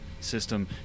System